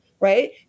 right